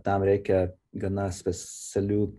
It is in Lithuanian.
tam reikia gana specialių